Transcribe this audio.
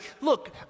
look